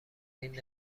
این